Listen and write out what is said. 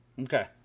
Okay